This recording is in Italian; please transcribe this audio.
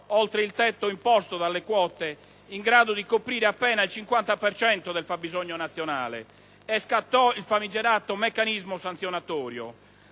oltre il tetto imposto dalle quote, in grado di coprire appena il 50 per cento del fabbisogno nazionale, e scattò il famigerato meccanismo sanzionatorio.